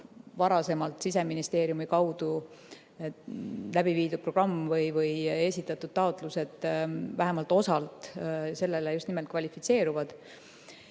varasemalt Siseministeeriumi kaudu läbi viidud programm või esitatud taotlused vähemalt osalt sellele kvalifitseeruvad.